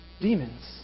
Demons